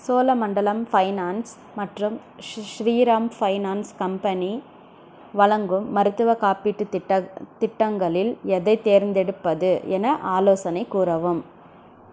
Cholamandalam finance மற்றும் Shriram finance company வழங்கும் மருத்துவ காப்பீட்டு திட்டங்களில் எதை தேர்ந்தெடுப்பது என ஆலோசனை கூறவும்